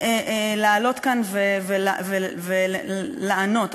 לעלות ולענות כאן.